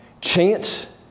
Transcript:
Chance